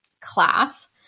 class